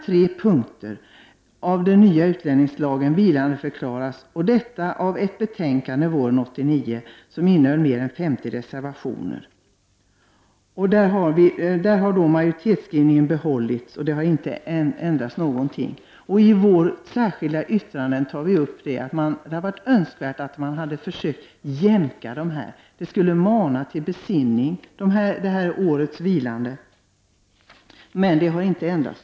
Tre punkter i den nya utlänningslagen vilandeförklarades, och detta i ett betänkande våren 1989 som innehöll mer än 50 reservationer. Majoritetsskrivningen har behållits. Den har inte ändrats. I vårt särskilda yttrande tar vi upp att det hade varit önskvärt om man hade kunnat jämka detta. Det här årets vilande skulle mana till besinning, men ingenting har ändrats.